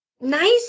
nice